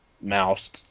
mouse